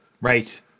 Right